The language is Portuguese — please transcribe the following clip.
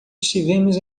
estivemos